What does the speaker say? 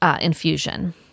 infusion